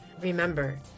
Remember